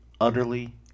Utterly